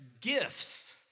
gifts